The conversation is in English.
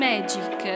Magic